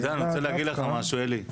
אתה יודע, אני רוצה להגיד לך משהו אלי.